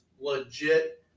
legit